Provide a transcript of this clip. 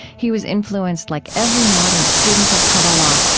he was influenced, like every modern student of kabbalah,